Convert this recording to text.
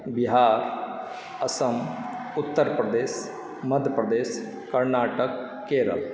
Bihar Assam Uttar Pradesh Madhya Pradesh Karnataka Kerala